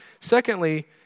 Secondly